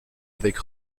avec